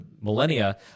millennia